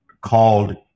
called